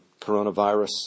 coronavirus